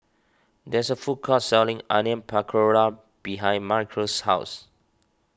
there is a food court selling Onion Pakora behind Michaele's house